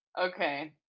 Okay